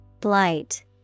Blight